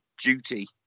duty